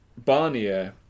Barnier